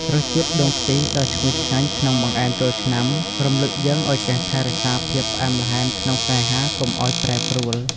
រសជាតិដូងខ្ទិះដ៏ឈ្ងុយឆ្ងាញ់ក្នុងបង្អែមចូលឆ្នាំ រំលឹកយើងឱ្យចេះថែរក្សាភាពផ្អែមល្ហែមក្នុងស្នេហាកុំឱ្យប្រែប្រួល។